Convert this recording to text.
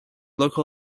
local